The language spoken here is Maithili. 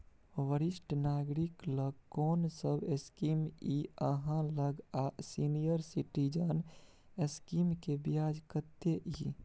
वरिष्ठ नागरिक ल कोन सब स्कीम इ आहाँ लग आ सीनियर सिटीजन स्कीम के ब्याज कत्ते इ?